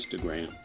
Instagram